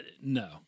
no